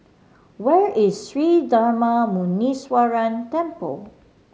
where is Sri Darma Muneeswaran Temple